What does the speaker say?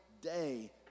day